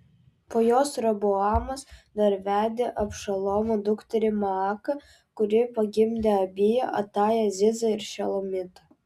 po jos roboamas dar vedė abšalomo dukterį maaką kuri pagimdė abiją atają zizą ir šelomitą